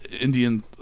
Indian